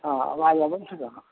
हँ आबाज अबै छै कहाँ